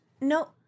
No